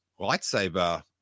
lightsaber